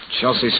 Chelsea